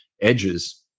edges